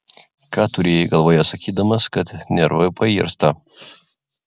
ką turėjai galvoje sakydamas kad nervai pairsta